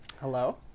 Hello